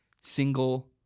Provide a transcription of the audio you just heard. single